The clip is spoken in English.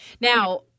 Now